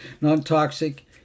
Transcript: non-toxic